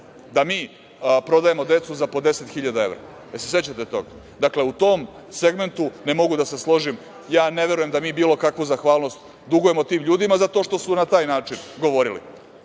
da mi prodajemo decu za po 10.000 evra, jel se sećate toga? Dakle, u tom segmentu ne mogu da se složim. Ja ne verujem da mi bilo kakvu zahvalnost dugujemo tim ljudima zato što su na taj način govorili.